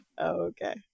Okay